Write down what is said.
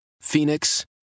Phoenix